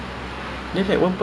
imagine those lagi like